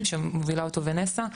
שמובילה אותו ונסה,